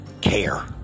care